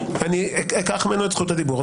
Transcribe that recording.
אני אקח ממנו את זכות הדיבור.